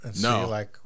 No